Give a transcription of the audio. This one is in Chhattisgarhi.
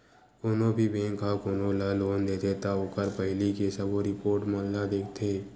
कोनो भी बेंक ह कोनो ल लोन देथे त ओखर पहिली के सबो रिपोट मन ल देखथे